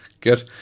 Good